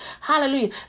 Hallelujah